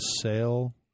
sale